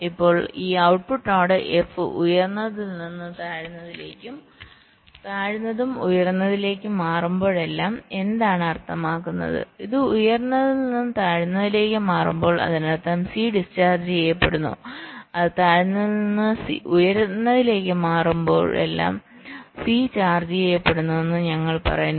ഇപ്പോൾ ഈ output node f ഉയർന്നതിൽ നിന്ന് താഴ്ന്നതിലേക്കും താഴ്ന്നതും ഉയർന്നതിലേക്കും മാറുമ്പോഴെല്ലാം എന്താണ് അർത്ഥമാക്കുന്നത് ഇത് ഉയർന്നതിൽ നിന്ന് താഴ്ന്നതിലേക്ക് മാറുമ്പോൾ ഇതിനർത്ഥം C ഡിസ്ചാർജ് ചെയ്യപ്പെടുന്നു അത് താഴ്ന്നതിൽ നിന്ന് ഉയർന്നതിലേക്ക് ഉയരുമ്പോഴെല്ലാം സി ചാർജ് ചെയ്യപ്പെടുന്നുവെന്ന് ഞങ്ങൾ പറയുന്നു